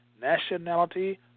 Nationality